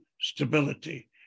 stability